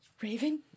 Raven